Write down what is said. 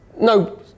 No